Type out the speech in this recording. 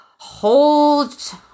Hold